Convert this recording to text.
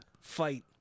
Fight